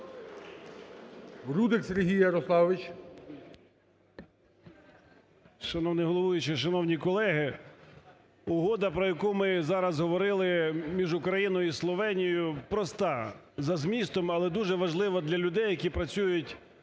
Рудик Сергій Ярославович.